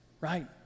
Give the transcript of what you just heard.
right